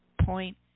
point